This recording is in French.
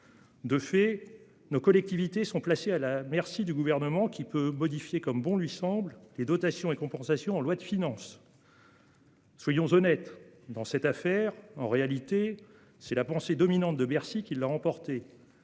De fait, nos collectivités sont placés à la merci du gouvernement qui peut modifier comme bon lui semble. Les dotations et compensations en loi de finances. Soyons honnêtes dans cette affaire. En réalité c'est la pensée dominante de Bercy qui l'a emporté